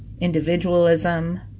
individualism